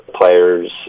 players